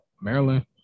Maryland